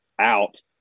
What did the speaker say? out